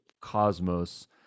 cosmos